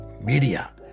Media